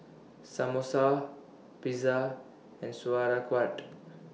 Samosa Pizza and Sauerkraut